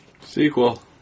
Sequel